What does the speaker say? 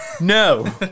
No